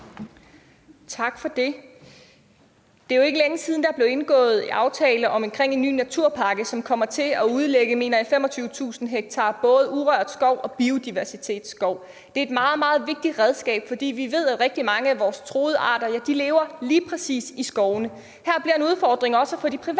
Tak for det. Det er jo ikke længe siden, der blev indgået aftale om en ny naturpakke, som kommer til at udlægge, mener jeg, 25.000 ha både urørt skov og biodiversitetsskov. Det er et meget, meget vigtigt redskab, for vi ved, at rigtig mange af vores truede arter lever lige præcis i skovene. Det bliver en udfordring også at få de private